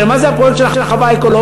הרי מה זה הפרויקט של החווה האקולוגית?